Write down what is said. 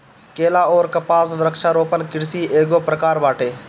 केला अउर कपास वृक्षारोपण कृषि एगो प्रकार बाटे